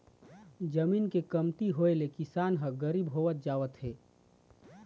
जमीन के कमती होए ले किसान ह गरीब होवत जावत हे